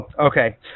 Okay